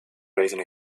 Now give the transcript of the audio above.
raising